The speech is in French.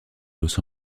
los